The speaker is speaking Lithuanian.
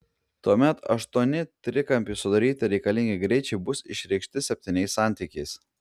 tuomet aštuoni trikampiui sudaryti reikalingi greičiai bus išreikšti septyniais santykiais